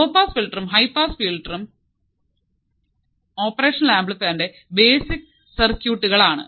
law pass ഫിൽട്ടറും high pass ഫോല്ടെരും operational ആംപ്ലിഫൈറിന്റെ ബേസിക് സിറക്യൂട് കൾ ആണ്